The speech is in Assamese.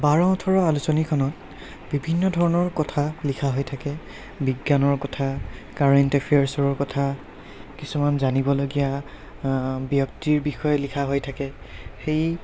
বাৰ ওঠৰ আলোচনীখনত বিভিন্ন ধৰণৰ কথা লিখা হৈ থাকে বিজ্ঞানৰ কথা কাৰেণ্ট এফেয়াৰ্ছৰ কথা কিছুমান জানিবলগীয়া ব্যক্তিৰ বিষয়ে লিখা হৈ থাকে সেই